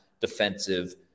defensive